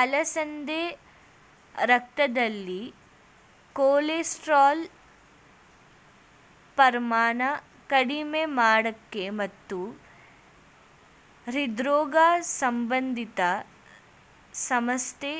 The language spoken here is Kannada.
ಅಲಸಂದೆ ರಕ್ತದಲ್ಲಿ ಕೊಲೆಸ್ಟ್ರಾಲ್ ಪ್ರಮಾಣ ಕಡಿಮೆ ಮಾಡಕೆ ಮತ್ತು ಹೃದ್ರೋಗ ಸಂಬಂಧಿತ ಸಮಸ್ಯೆ